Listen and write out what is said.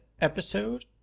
episode